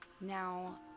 Now